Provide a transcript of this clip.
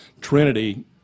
Trinity